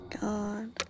god